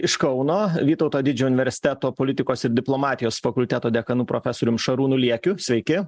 iš kauno vytauto didžiojo universiteto politikos ir diplomatijos fakulteto dekanu profesorium šarūnu liekiu sveiki